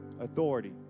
authority